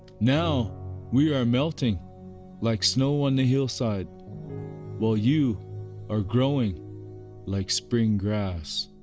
now we are melting like snow on the hillside while you are growing like spring grass.